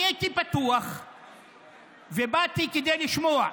אני הייתי פתוח ובאתי כדי לשמוע.